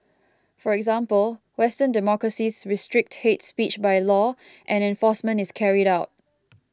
for example Western democracies restrict hate speech by law and enforcement is carried out